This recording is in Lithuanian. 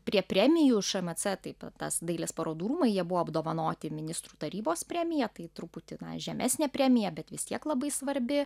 prie premijų šmc taip pat tas dailės parodų rūmai jie buvo apdovanoti ministrų tarybos premija tai truputį žemesnė premija bet vis tiek labai svarbi